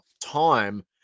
time